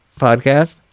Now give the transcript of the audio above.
podcast